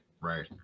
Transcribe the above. right